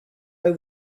over